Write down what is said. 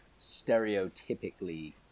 stereotypically